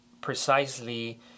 precisely